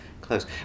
close